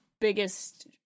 biggest